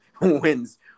wins